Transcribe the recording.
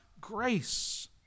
grace